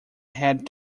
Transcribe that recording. had